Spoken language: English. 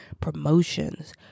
promotions